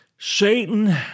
Satan